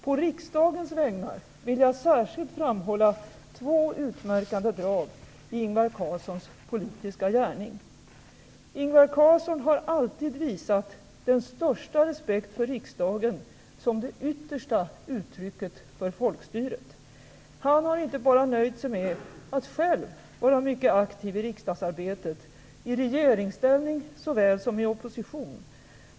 På riksdagens vägnar vill jag särskilt framhålla två utmärkande drag i Ingvar Carlssons politiska gärning. Ingvar Carlsson har alltid visat den största respekt för riksdagen, som det yttersta uttrycket för folkstyret. Han har inte bara nöjt sig med att själv vara mycket aktiv i riksdagsarbetet, i regeringsställning såväl som i opposition.